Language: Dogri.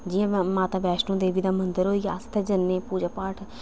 जि'यां माता वैष्णो देवी दा मंजर होई गेआ अस जित्थै जन्नें पूजा पाठ